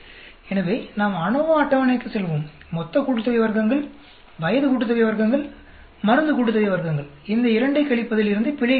எனவே நாம் அநோவா அட்டவணைக்கு செல்வோம் மொத்த கூட்டுத்தொகை வர்க்கங்கள் வயது கூட்டுத்தொகை வர்க்கங்கள் மருந்து கூட்டுத்தொகை வர்க்கங்கள் இந்த இரண்டைக் கழிப்பதில் இருந்து பிழை கிடைக்கிறது